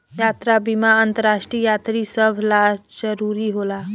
यात्रा बीमा अंतरराष्ट्रीय यात्री सभ ला जरुरी होला